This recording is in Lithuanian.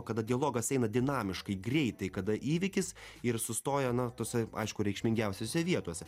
kada dialogas eina dinamiškai greitai kada įvykis ir sustoja na tose aišku reikšmingiausiose vietose